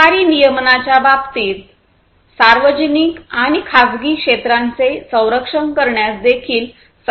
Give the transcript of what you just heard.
सरकारी नियमनाच्या बाबतीत सार्वजनिक आणि खासगी क्षेत्रांचे संरक्षण करण्यास देखील सक्षम असणे आवश्यक आहे